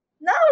No